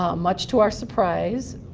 um much to our surprise,